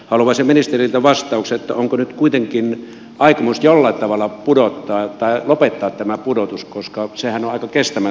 haluaisin ministeriltä vastauksen onko nyt kuitenkin aikomus jollain tavalla lopettaa tämä pudotus koska tuo trendihän on aika kestämätön